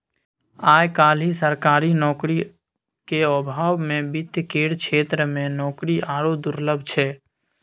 आय काल्हि सरकारी नौकरीक अभावमे वित्त केर क्षेत्रमे नौकरी आरो दुर्लभ छै